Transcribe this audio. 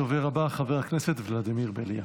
הדובר הבא, חבר הכנסת ולדימיר בליאק.